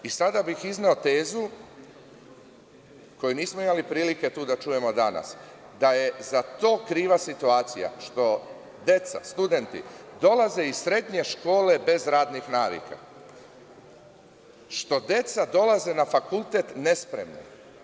Sada bih izneo tezu koju nismo imali prilike danas tu da čujemo da je za to kriva situacija, što deca studenti dolaze iz srednje škole bez radnih navika, što deca dolaze na fakultet nespremna.